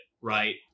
right